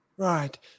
Right